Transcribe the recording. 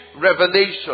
revelation